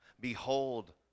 Behold